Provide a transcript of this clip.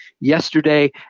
yesterday